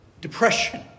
depression